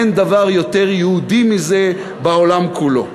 אין דבר יותר יהודי מזה בעולם כולו.